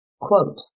Quote